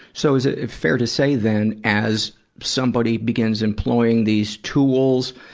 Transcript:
so is it fair to say, then, as somebody begins employing these tools,